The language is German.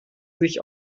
sich